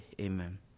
Amen